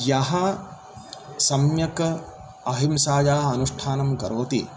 यः सम्यक् अहिंसायाः अनुष्ठानं करोति